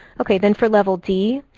ok, then for level d,